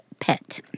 pet